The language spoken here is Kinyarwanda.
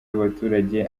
y’abaturage